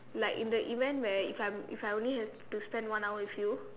like in the event where if I if I only have to spend one hour with you